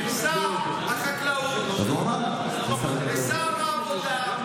שר החקלאות ושר העבודה,